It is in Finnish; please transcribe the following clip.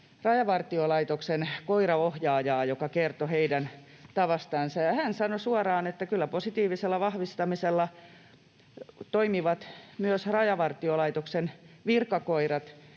Rajavartiolaitoksen koiraohjaajaa, joka kertoi heidän tavastaan, ja hän sanoi suoraan, että kyllä positiivisella vahvistamisella toimivat myös Rajavartiolaitoksen virkakoirat,